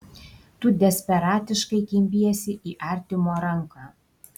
tu desperatiškai kimbiesi į artimo ranką